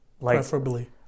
Preferably